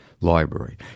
Library